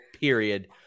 period